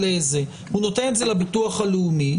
הוא נותן את זה לביטוח הלאומי.